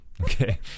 Okay